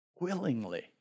willingly